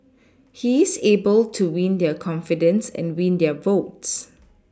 he is able to win their confidence and win their votes